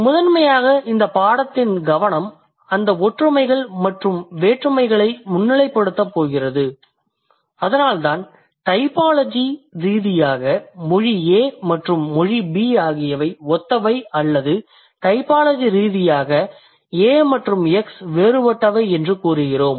முதன்மையாக இந்தப் பாடத்தின் கவனம் அந்த ஒற்றுமைகள் மற்றும் வேறுபாடுகளை முன்னிலைப்படுத்தப் போகிறது அதனால்தான் டைபாலஜி ரீதியாக மொழி A மற்றும் B ஆகியவை ஒத்தவை அல்லது டைபாலஜி ரீதியாக A மற்றும் X வேறுபட்டவை என்று கூறுகிறோம்